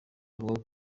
avuga